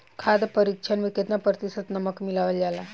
खाद्य परिक्षण में केतना प्रतिशत नमक मिलावल जाला?